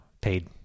paid